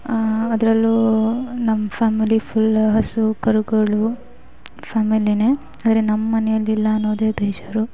ಅದರಲ್ಲೂ ನಮ್ಮ family full ಹಸು ಕರುಗಳು ಫ್ಯಾಮಿಲಿಯೇ ಆದರೆ ನಮ್ಮನೆಯಲ್ಲಿಲ್ಲ ಅನ್ನೋದೆ ಬೇಜಾರು